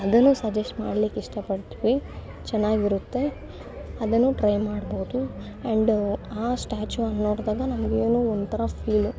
ಅದನ್ನು ಸಜೆಸ್ಟ್ ಮಾಡಲಿಕ್ಕೆ ಇಷ್ಟಪಡ್ತೀವಿ ಚೆನ್ನಾಗಿರುತ್ತೆ ಅದನ್ನು ಟ್ರೈ ಮಾಡ್ಬೋದು ಆ್ಯಂಡ ಆ ಸ್ಟ್ಯಾಚುವನ್ನು ನೋಡಿದಾಗ ನಮಗೇನೋ ಒಂಥರ ಫೀಲು